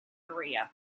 area